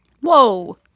Whoa